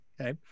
Okay